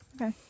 Okay